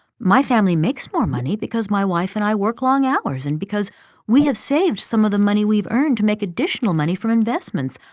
my family makes more money because my wife and i work long hours, and because we have saved some of the money we've earned to make additional money from investments.